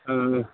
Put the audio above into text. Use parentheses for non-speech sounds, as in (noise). (unintelligible)